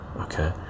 okay